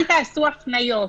אל תעשו הפניות.